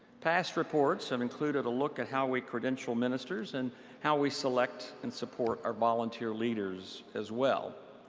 past reports have included a look at how we credential ministers and how we select and support our volunteer leaders as well.